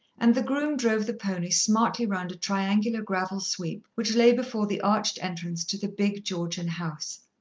and the groom drove the pony smartly round a triangular gravel sweep which lay before the arched entrance to the big georgian house.